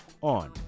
on